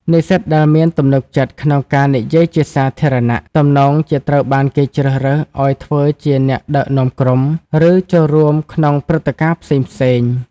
និស្សិតដែលមានទំនុកចិត្តក្នុងការនិយាយជាសាធារណៈ ទំនងជាត្រូវបានគេជ្រើសរើសឱ្យធ្វើជាអ្នកដឹកនាំក្រុម ឬចូលរួមក្នុងព្រឹត្តិការណ៍ផ្សេងៗ។